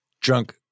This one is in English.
Drunk